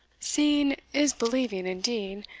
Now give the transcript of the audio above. seeing is believing indeed.